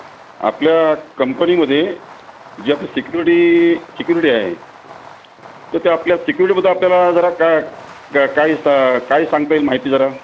आपल्या कंपनीमध्ये जे आपली सिक्युरिटी सिक्युरिटी आहे तर ते आपल्या सिक्युरिटीबद्दल आपल्याला जरा काय का काही सा काय सांगता येईल माहिती जरा